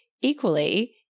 equally